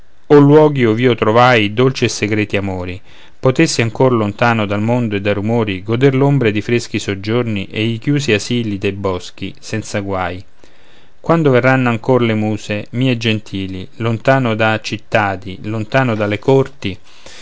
o luoghi ov'io trovai dolci e segreti amori potessi ancor lontano dal mondo e dai rumori goder l'ombre ed i freschi soggiorni e i chiusi asili dei boschi senza guai quando verranno ancora le muse mie gentili lontano da cittadi lontano dalle corti